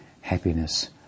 happiness